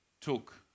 took